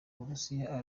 burusiya